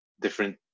different